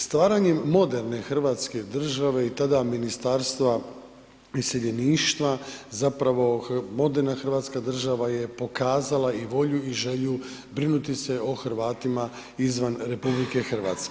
Stvaranjem moderne hrvatske države i tada Ministarstva iseljeništva zapravo moderna hrvatska država je pokazala i volju i želju brinuti se o Hrvatima izvan RH.